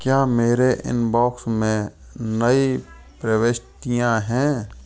क्या मेरे इनबॉक्स में नई प्रविष्टियाँ हैं